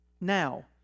Now